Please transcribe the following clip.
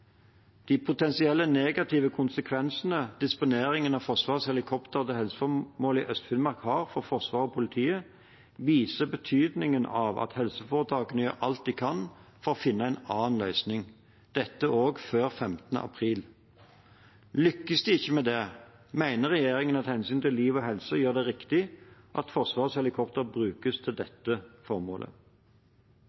De potensielle negative konsekvensene disponeringen av Forsvarets helikopter til helseformål i Øst-Finnmark har for Forsvaret og politiet, viser betydningen av at helseforetakene gjør alt de kan for å finne en annen løsning – dette også før 15. april. Lykkes de ikke med det, mener regjeringen at hensynet til liv og helse gjør det riktig at Forsvarets helikopter brukes til